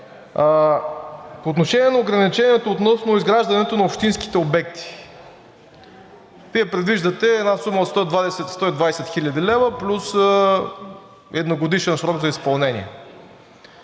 По отношение на ограничението относно изграждането на общинските обекти. Вие предвиждате една сума от 120 хил. лв. плюс едногодишен срок за изпълнение.